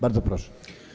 Bardzo proszę.